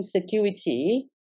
security